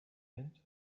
and